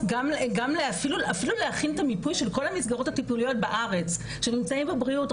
אפילו להכין את המיפוי של כל המסגרות הטיפוליות בארץ שנמצאים בבריאות,